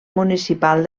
municipal